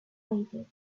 waited